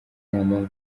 ntampamvu